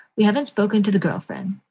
we haven't spoken to the girlfriend.